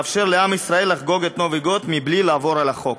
לאפשר לעם ישראל לחגוג את נובי גוד בלי לעבור על החוק.